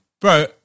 Bro